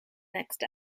next